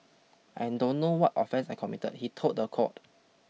I don't know what offence I committed he told the court